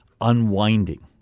unwinding